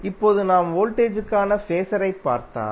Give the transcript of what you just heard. இப்போது நாம் வோல்டேஜ் க்கான ஃபேஸர் ஐப் பார்த்தால்